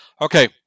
Okay